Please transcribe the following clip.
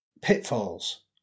pitfalls